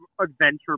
adventure